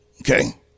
Okay